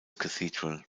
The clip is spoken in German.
cathedral